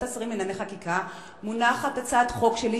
השרים לענייני חקיקה מונחת הצעת חוק שלי,